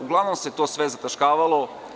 Uglavnom se to sve zataškavalo.